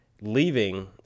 leaving